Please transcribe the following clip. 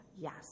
Yes